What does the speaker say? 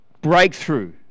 breakthrough